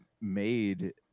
made